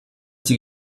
die